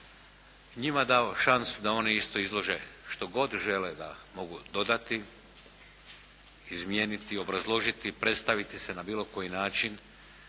Njima dao šansu da oni isto izlože što god žele da mogu dodati, izmijeniti, obrazložiti, predstaviti se na bilo koji način.